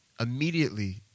Immediately